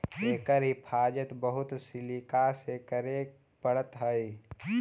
एकर हिफाज़त बहुत सलीका से करे पड़ऽ हइ